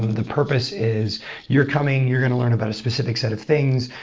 the purpose is you're coming, you're going to learn about a specific set of things.